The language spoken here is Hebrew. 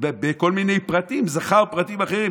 בכל מיני פרטים, זכר פרטים אחרים.